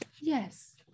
Yes